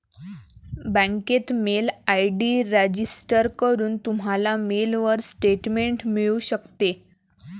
बँकेत mail ID register करून, तुम्हाला मेलवर स्टेटमेंट मिळू शकते